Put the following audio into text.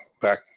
back